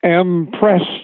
impressed